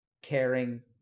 caring